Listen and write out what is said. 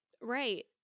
Right